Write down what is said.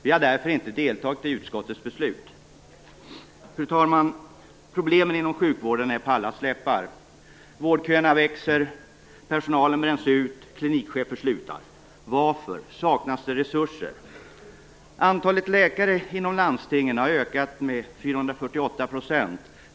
Vi har därför inte deltagit i utskottets beslut. Fru talman! Problemen inom sjukvården är på allas läppar. Vårdköerna växer, personal bränns ut, klinikchefer slutar. Varför? Saknas resurser? 300 %.